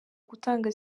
gutanga